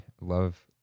Love